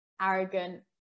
arrogant